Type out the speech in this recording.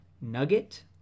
Nugget